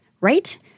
right